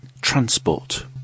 transport